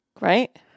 Right